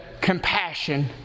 compassion